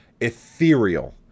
ethereal